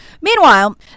Meanwhile